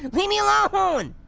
me me alone!